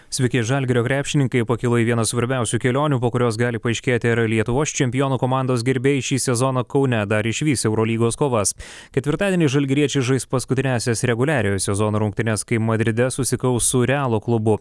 sveiki žalgirio krepšininkai pakilo į vieną svarbiausių kelionių po kurios gali paaiškėti ar lietuvos čempionų komandos gerbėjai šį sezoną kaune dar išvys eurolygos kovas ketvirtadienį žalgiriečiai žais paskutiniąsias reguliariojo sezono rungtynes kai madride susikaus su realo klubu